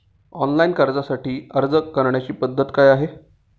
Online कर्जासाठी अर्ज करण्याची पद्धत काय आहे?